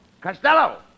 Costello